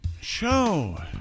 Show